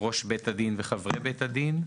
ראש בית הדין וחברי בית הדין,